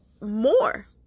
more